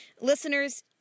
Listeners